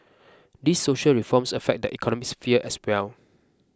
these social reforms affect the economic sphere as well